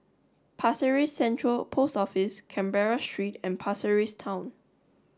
Pasir Ris Central Post Office Canberra Street and Pasir Ris Town